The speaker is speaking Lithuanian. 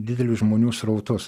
didelius žmonių srautus